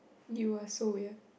you are so weird